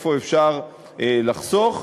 איפה אפשר לחסוך,